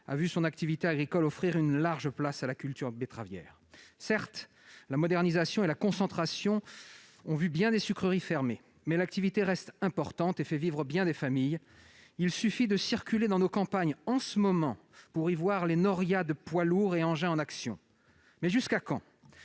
a vu son activité agricole faire une large place à la culture betteravière. Certes, la modernisation et la concentration ont entraîné la fermeture de bien des sucreries ; mais l'activité reste importante et fait vivre de nombreuses familles- il suffit de circuler dans nos campagnes en ce moment pour voir les norias de poids lourds et autres engins en action. Mais jusqu'à quand ?